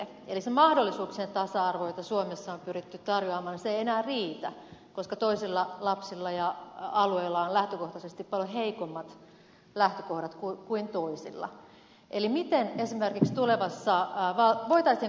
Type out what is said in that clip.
eli se mahdollisuuksien tasa arvo jota suomessa on pyritty tarjoamaan ei enää riitä koska toisilla lapsilla ja alueilla on lähtökohtaisesti paljon heikommat lähtökohdat kuin tulisilla eli miten tulevassa autot toisilla